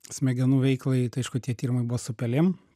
smegenų veiklai tai aišku tie tyrimai buvo su pelėm